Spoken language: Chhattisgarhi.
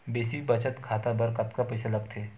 बेसिक बचत खाता बर कतका पईसा लगथे?